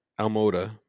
Almoda